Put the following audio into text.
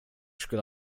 skulle